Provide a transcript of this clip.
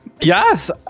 yes